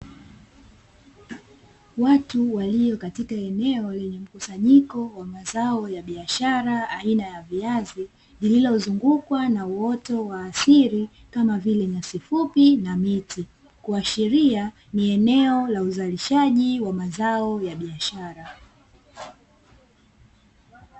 Watu walio katika eneo lenye mkusanyiko wa mazao ya biashara aina ya viazi, lililozungukwa na uoto wa asili kama vile nyasi fupi na miti. Kuashiria ni eneo la uzalishaji wa mazao ya biashara.